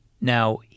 Now